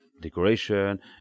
decoration